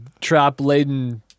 trap-laden